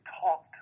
talk